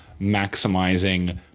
maximizing